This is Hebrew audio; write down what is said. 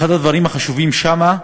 אחד הדברים החשובים שם: